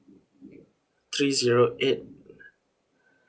three zero eight